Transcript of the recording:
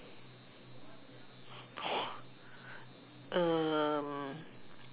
um